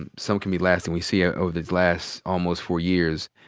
and some can be lasting, we see ah over these last almost four years,